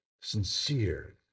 sincere